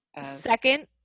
Second